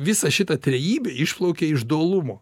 visa šita trejybė išplaukia iš dualumo